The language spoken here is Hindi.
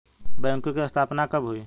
बैंकों की स्थापना कब हुई?